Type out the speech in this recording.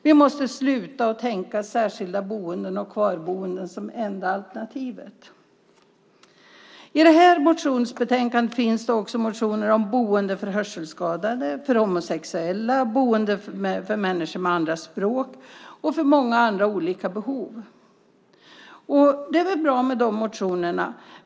Vi måste sluta tänka på särskilda boenden och kvarboende som de enda alternativen. I det här motionsbetänkandet finns det också motioner om boende för hörselskadade, för homosexuella, för människor med andra språk och för människor med många andra olika behov. Och det är väl bra med de motionerna.